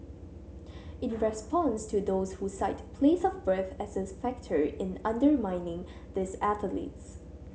in response to those who cite place of birth as a factor in undermining these athletes